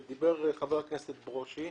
מה שדיבר חבר הכנסת ברושי,